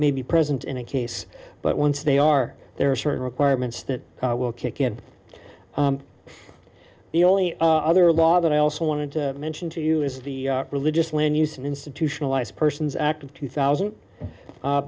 may be present in a case but once they are there are certain requirements that will kick in the only other law that i also wanted to mention to you is the religious land use and institutionalized persons act of two thousand